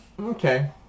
Okay